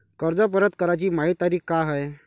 कर्ज परत कराची मायी तारीख का हाय?